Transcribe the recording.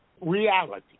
reality